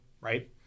right